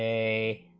a